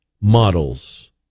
models